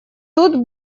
тут